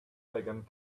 elegant